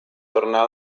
tornar